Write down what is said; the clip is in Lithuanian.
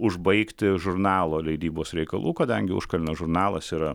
užbaigti žurnalo leidybos reikalų kadangi užkalnio žurnalas yra